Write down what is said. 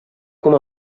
com